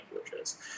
languages